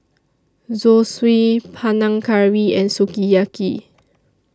Zosui Panang Curry and Sukiyaki